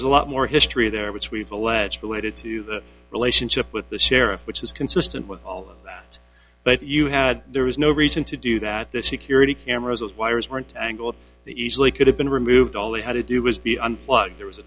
there's a lot more history there which we've alleged related to the relationship with the sheriff which is consistent with it but you had there was no reason to do that the security cameras wires weren't tangled the easily could have been removed all they had to do was be unplugged there was a